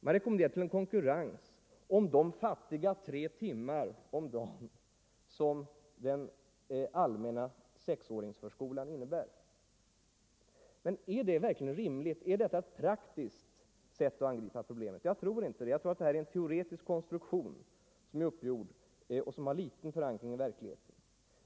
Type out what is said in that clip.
Man rekommenderar en konkurrens om de fattiga tre timmar om dagen som den allmänna sexåringsförskolan erbjuder. Men är detta verkligen rimligt? Är detta ett praktiskt sätt att angripa problemet? Jag tror inte det! Jag tror att det är en teoretisk konstruktion, som har liten förankring i verkligheten.